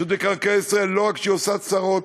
רשות מקרקעי ישראל, לא רק שהיא עושה צרות,